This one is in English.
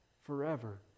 forever